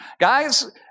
Guys